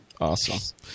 Awesome